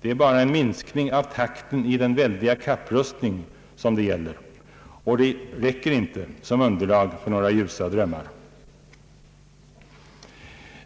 Det är bara en minskning av takten i den väldiga kapprustningen som det gäller, och detta räcker inte som underlag för ljusa drömmar.